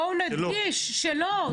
בואו נדגיש שלא,